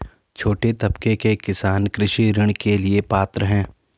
छोटे तबके के किसान कृषि ऋण के लिए पात्र हैं?